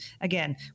again